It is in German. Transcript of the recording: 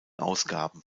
ausgaben